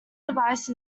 device